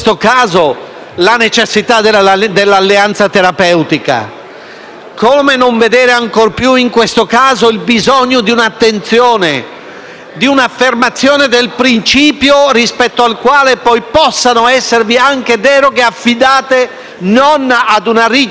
Come non vedere ancor più in questo caso il bisogno di un'attenzione, di un'affermazione del principio rispetto al quale poi possano esservi anche deroghe affidate non ad una rigida norma, ma al concorso di volontà del paziente e del medico?